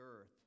earth